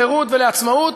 לחירות ולעצמאות,